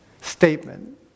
statement